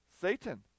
Satan